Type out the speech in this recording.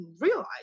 realize